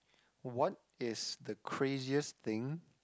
what is the craziest thing